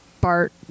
Bart